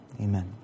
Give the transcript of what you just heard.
Amen